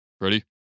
Ready